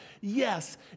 Yes